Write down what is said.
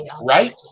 Right